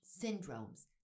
syndromes